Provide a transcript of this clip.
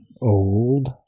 old